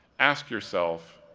ask yourself,